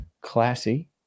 classy